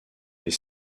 les